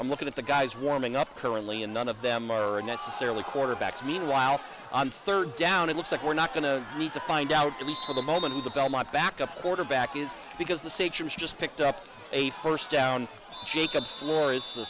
i'm looking at the guys warming up currently and none of them are necessarily quarterbacks meanwhile on third down it looks like we're not going to need to find out at least for the moment the belmont backup quarterback is because the sixers just picked up a first down jacob